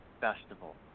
Festival